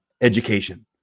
education